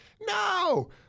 No